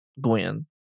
Gwen